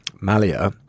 Malia